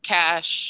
cash